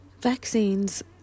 vaccines